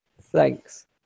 Thanks